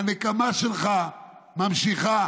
הנקמה שלך נמשכת,